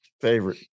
Favorite